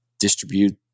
distribute